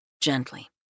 Gently